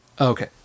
Okay